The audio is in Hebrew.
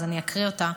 אז אני אקריא אותה,